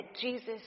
Jesus